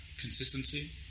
consistency